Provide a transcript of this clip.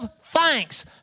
thanks